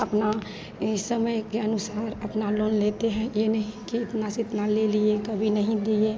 अपना ये समय के अनुसार अपना लोन लेते हैं यह नहीं कि इतना से इतना ले लिए कभी नहीं दिए